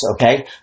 okay